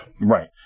Right